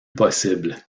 possible